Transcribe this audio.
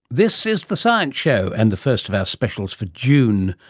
this is the science show, and the first of our specials for june.